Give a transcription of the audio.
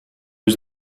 was